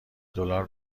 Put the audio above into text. دلار